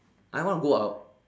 I want go out